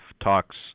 talks